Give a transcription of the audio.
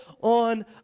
on